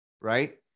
right